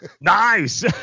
Nice